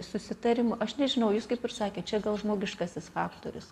susitarimu aš nežinau jūs kaip ir sakėt čia gal žmogiškasis faktorius